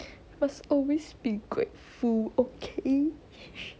must always be grateful okay